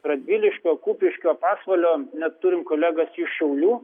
radviliškio kupiškio pasvalio net turime kolegas iš šiaulių